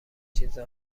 چیزا